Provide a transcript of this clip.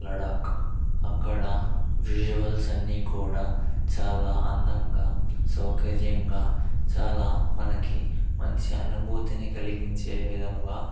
లడక్ అక్కడ విజువల్స్ అన్ని కూడా చాలా అందంగా సౌకర్యంగా చాలా మనకి మంచి అనుభూతిని కలిగించే విధముగా